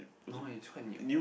no eh is quite new